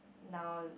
now